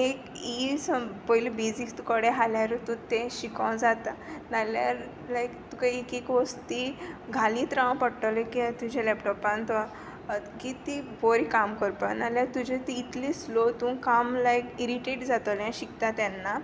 एक इ सम पयली बेजिक्स तुकोडें हाल्यारूत तूं तें शिको जाता नाल्यार लायक तुका एक एक वस्ती घालीत रावं पडटली किया तुजे लॅपटॉपांत की ती बरी काम करपा नाल्या तुजे ती इतली स्लो तूं काम लायक इरिटेट जातलें शिकता तेन्ना